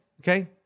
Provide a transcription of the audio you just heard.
Okay